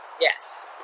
Yes